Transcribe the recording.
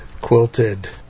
quilted